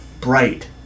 bright